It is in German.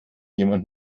jemand